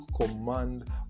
command